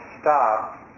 stop